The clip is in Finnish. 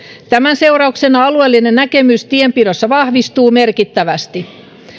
tämän seurauksena alueellinen näkemys tienpidossa vahvistuu merkittävästi